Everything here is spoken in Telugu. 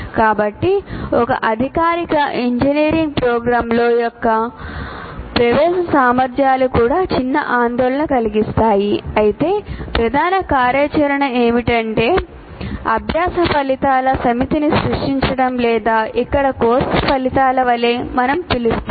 కాబట్టి ఒక అధికారిక ఇంజనీరింగ్ ప్రోగ్రామ్లో యొక్క ప్రవేశ సామర్థ్యాలు కూడా చిన్న ఆందోళన కలిగిస్తాయి అయితే ప్రధాన కార్యాచరణ ఏమిటంటే అభ్యాస ఫలితాల సమితిని సృష్టించడం లేదా ఇక్కడ కోర్సు ఫలితాల వలె మనం పిలుస్తున్నది